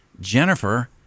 jennifer